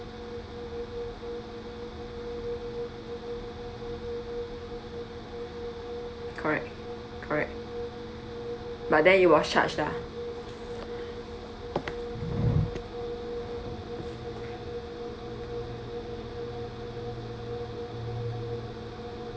correct correct but then it was charged lah